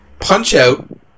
Punch-Out